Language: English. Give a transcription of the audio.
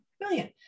brilliant